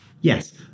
Yes